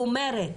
שאומרת,